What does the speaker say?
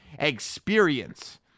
experience